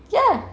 ya